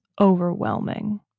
overwhelming